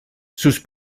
sus